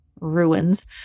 ruins